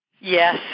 Yes